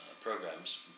programs